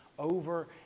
over